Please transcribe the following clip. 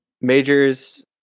Majors